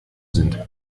sind